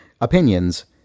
opinions